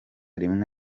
rimwe